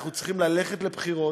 אנחנו צריכים ללכת לבחירות,